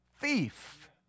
thief